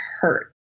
hurt